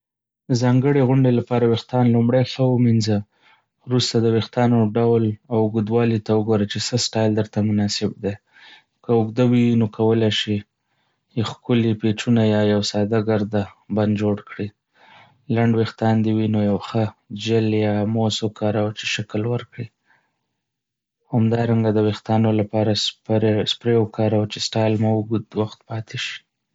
د ځانګړې غونډې لپاره ویښتان لومړی ښه ومينځه. وروسته د ویښتانو ډول او اوږدوالي ته وګوره چې څه سټایل درته مناسب دی. که اوږده وي، نو کولی شې یې ښکلي پېچونه يا یو ساده ګرده بن جوړ کړې. لنډ ویښتان دې وي، نو یو ښه جیل یا موس وکاروه چې شکل ورکړې. همدارنګه، د ویښتانو لپاره سپری وکاروه چې سټایل مو اوږد وخت پاتې شي.